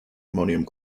ammonium